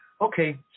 Okay